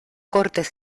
cortes